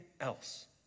else